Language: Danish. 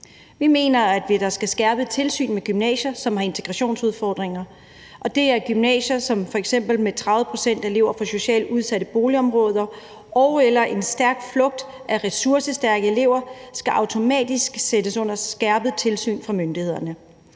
Vi mener, at der skal være skærpet tilsyn med gymnasier, som har integrationsudfordringer. Det er gymnasier med f.eks. 30 pct. elever fra socialt udsatte boligområder og/eller en stærk flugt af ressourcestærke elever. De skal automatisk sættes under skærpet tilsyn fra myndighederne.